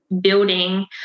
building